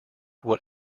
what